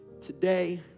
today